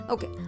Okay